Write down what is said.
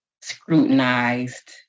scrutinized